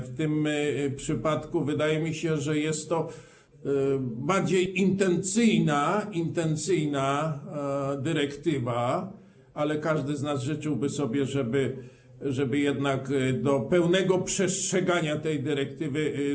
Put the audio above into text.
W tym przypadku wydaje mi się, że jest to bardziej intencyjna dyrektywa, ale każdy z nas życzyłby sobie, żeby jednak doszło do pełnego przestrzegania tej dyrektywy.